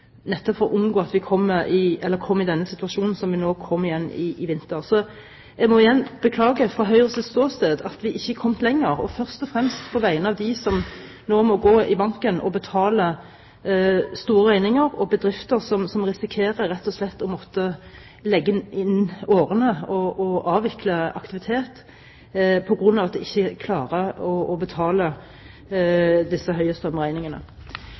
nettopp for å unngå at vi kom i den situasjonen som vi nå kom i igjen i vinter. Fra Høyres ståsted må jeg igjen beklage at vi ikke er kommet lenger, først og fremst på vegne av dem som nå må gå i banken og betale store regninger, og på vegne av bedrifter som rett og slett risikerer å måtte legge inn årene og avvikle aktivitet fordi de ikke klarer å betale disse